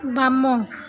ବାମ